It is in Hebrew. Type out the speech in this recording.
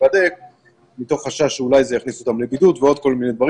להיבדק מתוך חשש שאולי זה יכניס אותם לבידוד ועוד כל מיני דברים.